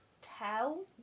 tell